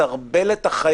פה אין את הסעיף של חיוניות,